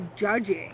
judging